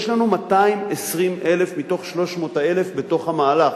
יש לנו 220,000 מתוך 300,000 בתוך המהלך.